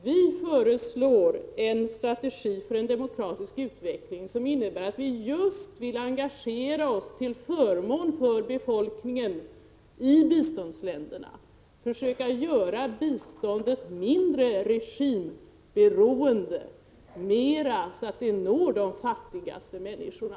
Vi föreslår en strategi för en demokratisk utveckling, som innebär att vi vill engagera oss till förmån för befolkningen i biståndsländerna, försöka göra biståndet mindre regimberoende, mer inriktat så att det når de fattigaste människorna.